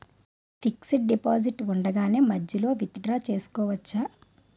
Fixed deposit ఉండగానే మధ్యలో withdraw చేసుకోవచ్చా?